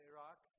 Iraq